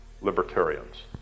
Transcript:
libertarians